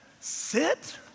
Sit